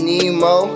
Nemo